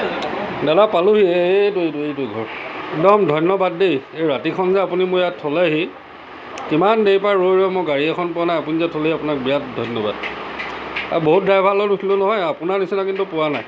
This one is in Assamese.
দাদা পালোহি এইটো এইটো এইটো ঘৰ একদম ধন্যবাদ দেই এই ৰাতিখনযে আপুনি মোক ইয়াত থলেহি কিমান দেৰিৰ পৰা ৰৈ ৰৈ মই গাড়ী এখন পোৱা নাই আপুনি যে থলেহি আপোনাক বিৰাট ধন্যবাদ অঁ বহুত ড্ৰাইভাৰৰ লগত উঠিলোঁ নহয় আপোনাৰ নিচিনা কিন্তু পোৱা নাই